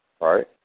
right